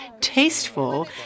tasteful